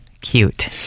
cute